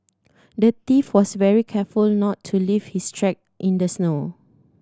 the thief was very careful not to leave his track in the snow